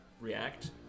react